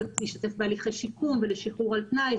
להשתתף בהליכי שיקום ולשחרור על תנאי.